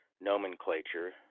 nomenclature